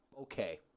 Okay